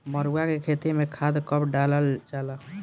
मरुआ के खेती में खाद कब डालल जाला?